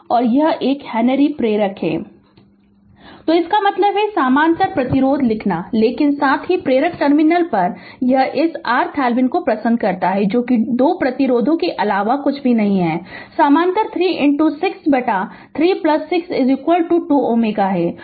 Refer Slide Time 1958 तो इसका मतलब समानांतर प्रतिरोध लिखना है लेकिन साथ ही प्रेरक टर्मिनल पर यह इस R थेवेनिन को पसंद करता है जो कि 2 प्रतिरोधकों के अलावा कुछ भी नहीं है समानांतर 3 6 बटा 36 2 Ω में हैं